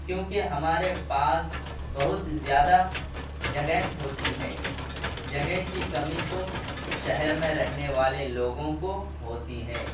کیوں کہ ہمارے پاس بہت زیادہ جگہ ہوتی ہے جگہ کی کمی تو شہر میں رہنے والے لوگوں کو ہوتی ہے